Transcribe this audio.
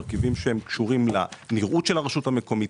שקשורים לנראות של הרשות המקומית